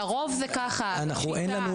לרוב זה ככה --- שיטה.